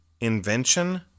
invention